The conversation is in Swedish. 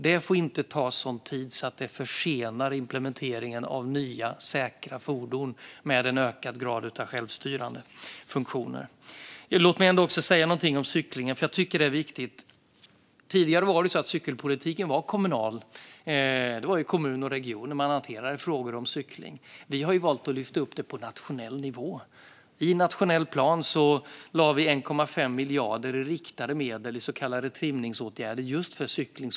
Detta får inte ta sådan tid att det försenar implementeringen av nya, säkra fordon med en ökad grad av självstyrande funktioner. Låt mig säga någonting om cyklingen, för jag tycker att det är viktigt. Tidigare var det så att cykelpolitiken var kommunal. Det var i kommuner och regioner man hanterade frågor om cykling. Vi har valt att lyfta upp det på nationell nivå. I nationell plan lade vi 1,5 miljarder i riktade medel i så kallade trimningsåtgärder just för cykling.